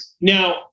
Now